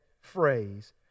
phrase